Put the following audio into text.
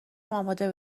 آماده